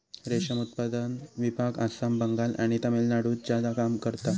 रेशम उत्पादन विभाग आसाम, बंगाल आणि तामिळनाडुत ज्यादा काम करता